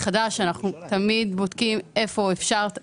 חדש אנחנו תמיד בודקים איפה אפשר.